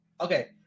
okay